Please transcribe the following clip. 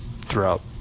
throughout